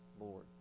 Lord